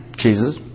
Jesus